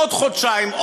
עוד חודשיים,